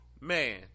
man